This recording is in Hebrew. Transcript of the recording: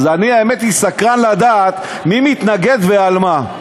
אז אני סקרן לדעת מי מתנגד ועל מה.